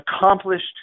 accomplished –